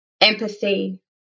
empathy